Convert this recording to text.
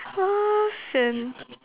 ah sian